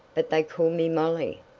but they call me molly.